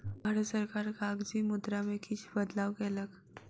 भारत सरकार कागजी मुद्रा में किछ बदलाव कयलक